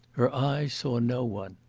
her eyes saw no one.